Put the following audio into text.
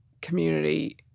community